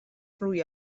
روی